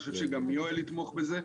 אני חושב שגם יואל יתמוך בזה,